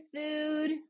food